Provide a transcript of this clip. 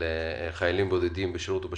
לחיילים בודדים בשירות או בשחרור,